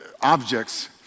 objects